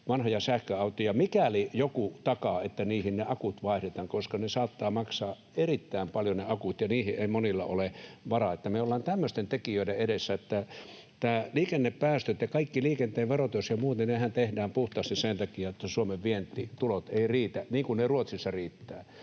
vanhoja sähköautoja, mikäli joku takaa, että niihin ne akut vaihdetaan, koska ne saattavat maksaa erittäin paljon, ja niihin ei monilla ole varaa. Me ollaan tämmöisten tekijöiden edessä. Nämä liikennepäästöt ja kaikki liikenteen verotus ja muuthan tehdään puhtaasti sen takia, että Suomen vientitulot eivät riitä, niin kuin ne Ruotsissa riittävät.